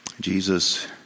Jesus